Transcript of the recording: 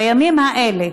בימים האלה,